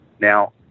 Now